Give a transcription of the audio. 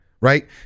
right